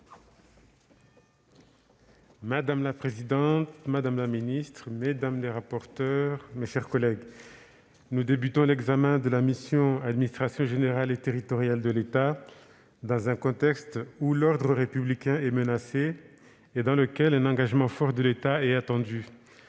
Madame la présidente, madame la ministre, mes chers collègues, nous débutons l'examen de la mission « Administration générale et territoriale de l'État » dans un contexte où l'ordre républicain est menacé et où un engagement fort de l'État est attendu.